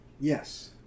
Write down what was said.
Yes